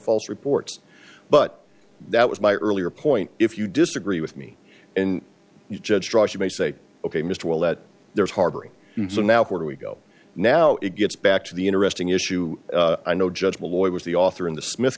false reports but that was my earlier point if you disagree with me and you judge drugs you may say ok mr well that there is harboring so now where do we go now it gets back to the interesting issue i know judgeable lawyer was the author in the smith